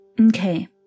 Okay